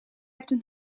heeft